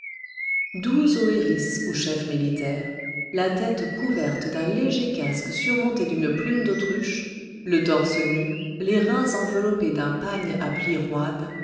douze oëris ou chefs militaires la tête couverte d'un léger casque surmonté d'une plume d'autruche le torse nu les reins enveloppés d'un pagne à plis roides